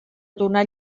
donar